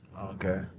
Okay